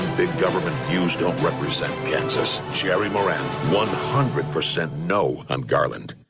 big-government views don't represent kansas. jerry moran one hundred percent no on garland